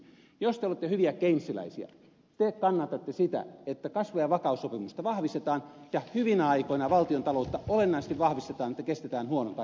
jos te olette hyviä keynesläisiä te kannatatte sitä että kasvu ja vakaussopimusta vahvistetaan ja hyvinä aikoina valtion taloutta olennaisesti vahvistetaan että kestetään huonot ajat